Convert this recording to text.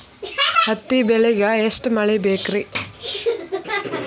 ಹತ್ತಿ ಬೆಳಿಗ ಎಷ್ಟ ಮಳಿ ಬೇಕ್ ರಿ?